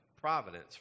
providence